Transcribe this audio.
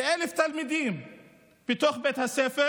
כ-1,000 תלמידים של בית הספר